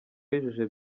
yujuje